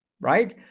right